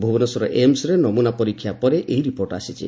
ଭୁବନେଶ୍ୱର ଏମସ୍ରେ ନମୁନା ପରୀକ୍ଷା ପରେ ଏହି ରିପୋର୍ଟ ଆସିଛି